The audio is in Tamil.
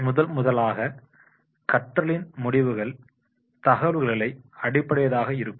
முதன்முதலாக கற்றலின் முடிவுகள் தகவல்களை அடிப்படையதாக இருக்கும்